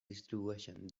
distribueixen